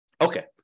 Okay